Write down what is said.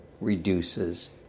reduces